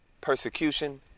persecution